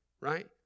right